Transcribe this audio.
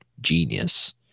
genius